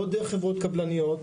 לא דרך חברות קבלניות,